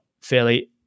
fairly